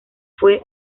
fue